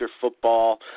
Football